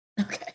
Okay